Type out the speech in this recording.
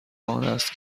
آنست